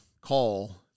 call